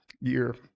year